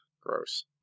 Gross